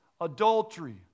adultery